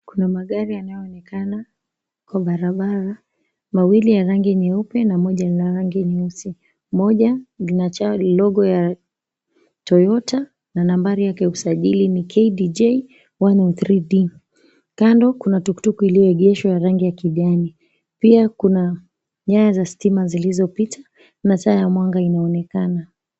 Kuna magari yanayoonekana kwa barabara. Mawili ya rangi nyeupe, na moja la rangi nyeusi. Moja lina ja logo ya Toyota na nambari yake usajili ni KDJ 1033D. Kando kuna tukutuku iliyoegeshwa, ya rangi ya kijani. Pia kuna nyaya za stima zilizopita, na taa ya mwanga inaonekana.